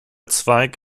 zweig